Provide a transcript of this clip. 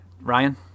Ryan